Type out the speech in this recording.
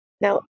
Now